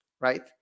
right